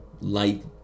light